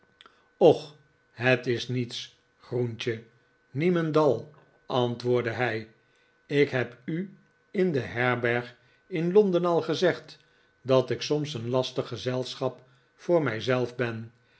och het is niets groentje niemendal antwoordde hij ik heb u in de herberg in londen al gezegd dat ik soms een lastig gezelschap voor mij zelf